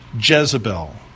Jezebel